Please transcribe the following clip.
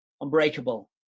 unbreakable